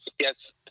Yes